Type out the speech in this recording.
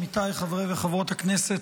עמיתיי חברי וחברות הכנסת,